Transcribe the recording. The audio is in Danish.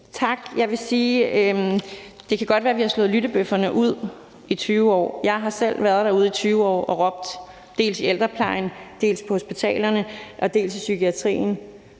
Tak. Jeg vil sige, at det godt kan være, at vi har slået lyttebøfferne ud i 20 år – jeg har selv været derude i 20 år og råbt, dels i ældreplejen, dels på hospitalerne, dels i psykiatrien